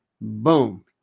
Boom